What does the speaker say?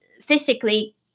physically